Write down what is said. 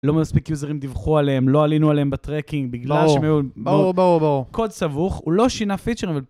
לא מספיק יוזרים דיווחו עליהם, לא עלינו עליהם בטרקינג בגלל שהם היו... ברור. קוד סבוך, הוא לא שינה פיצ'רים...